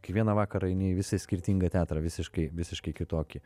kiekvieną vakarą eini į vis skirtingą teatrą visiškai visiškai kitokį